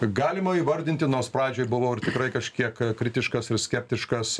galima įvardinti nors pradžioj buvau ir tikrai kažkiek kritiškas ir skeptiškas